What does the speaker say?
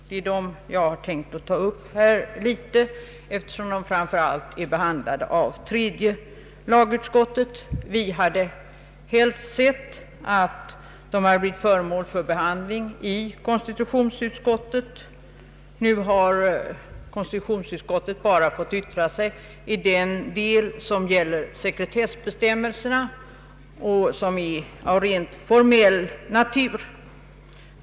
Det är dessa jag vill beröra i detta sammanhang, och de som framför allt blivit behandlade av tredje lagutskottet. Vi hade helst sett att de hade blivit föremål för behandling i konstitutionsutskottet eller i ett sammansatt utskott. Nu har konstitutionsutskottet bara fått yttra sig i den del som gäller sekretessbestämmelserna och som är av rent formell natur.